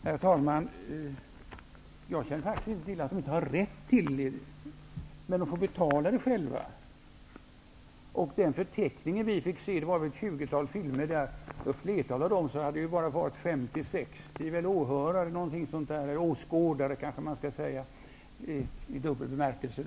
Herr talman! Jag känner faktiskt inte till att Filminstitutet inte har rätt till att importera film. Men de får betala för importen själva. Vi fick tidigare ta del av en förteckning över film som hade importerats. Ett flertal av dessa filmer hade bara haft 50--60 åskådare -- i dubbel bemärkelse.